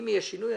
אם יהיה שינוי,